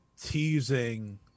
teasing